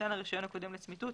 ניתן הרישיון הקודם לצמיתות,